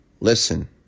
Listen